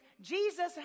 Jesus